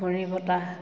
ঘূৰ্ণিবতাহ